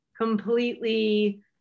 completely